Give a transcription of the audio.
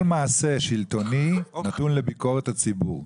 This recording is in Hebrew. כל מעשה שלטוני נתון לביקורת הציבור.